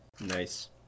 nice